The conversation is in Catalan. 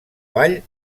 ball